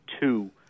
two